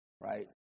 right